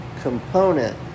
component